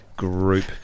Group